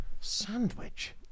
Sandwich